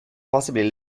possibly